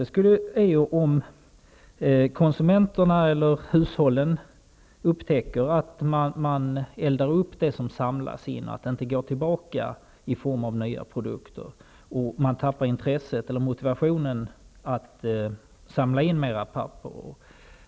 Det problematiska är om konsumenterna, hushållen skulle upptäcka att man eldar upp det som samlas in och att det inte går tillbaka i form av nya produkter. De kan då tappa intresset och motivationen att samla in mera papper.